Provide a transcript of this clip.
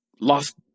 lost